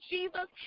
Jesus